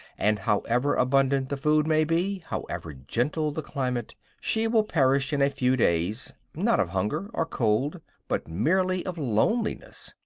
and however abundant the food may be, however gentle the climate, she will perish in a few days, not of hunger or cold, but merely of loneliness.